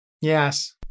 Yes